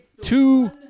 two